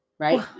Right